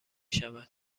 شود